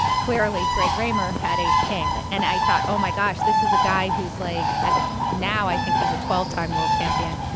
clearly, greg raymer had ace-king. and i thought, oh, my gosh. this is a guy who's, like, at the now, i think he's a twelve time world champion,